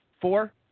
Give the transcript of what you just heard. four